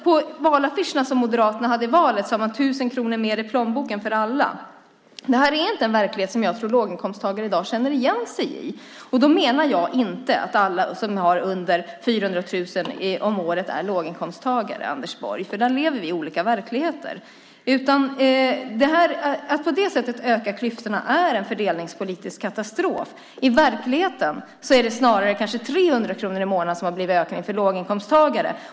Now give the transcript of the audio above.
På valaffischerna som Moderaterna hade i valet var det tusen kronor mer i plånboken för alla. Det här är inte en verklighet som jag tror att låginkomsttagare i dag känner igen sig i. Jag menar inte att alla som har under 400 000 om året är låginkomsttagare, Anders Borg. Där lever vi i olika verkligheter. Att på det sättet öka klyftorna är en fördelningspolitisk katastrof. I verkligheten är det kanske snarare 300 kronor i månaden som har blivit ökningen för låginkomsttagare.